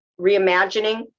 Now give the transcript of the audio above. reimagining